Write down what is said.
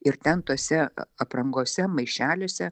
ir ten tose aprangose maišeliuose